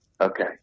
Okay